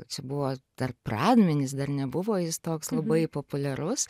čia buvo dar pradmenys dar nebuvo jis toks labai populiarus